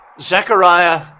Zechariah